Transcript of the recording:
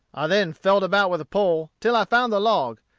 i then felt about with the pole till i found the log,